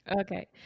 Okay